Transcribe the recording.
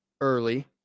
early